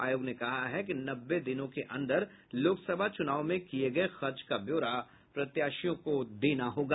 आयोग ने कहा है कि नब्बे दिनों के अंदर लोकसभा चुनाव में किये गये खर्च का ब्योरा प्रत्याशियों को देना होगा